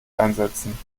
einsetzen